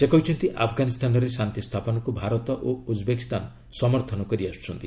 ସେ କହିଛନ୍ତି ଆଫଗାନିସ୍ତାନରେ ଶାନ୍ତି ସ୍ଥାପନକୁ ଭାରତ ଓ ଉଜ୍ବେକିସ୍ତାନ ସମର୍ଥନ କରିଆସୁଛନ୍ତି